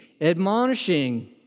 admonishing